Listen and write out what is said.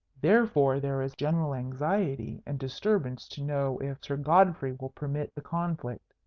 therefore there is general anxiety and disturbance to know if sir godfrey will permit the conflict.